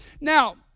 Now